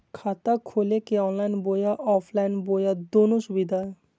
खाता खोले के ऑनलाइन बोया ऑफलाइन बोया दोनो सुविधा है?